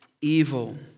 evil